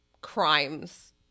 crimes